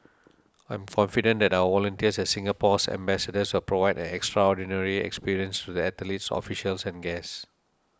I'm confident that our volunteers as Singapore's ambassadors will provide an extraordinary experience to the athletes officials and guests